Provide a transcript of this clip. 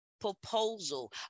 proposal